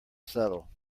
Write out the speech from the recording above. settle